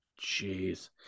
Jeez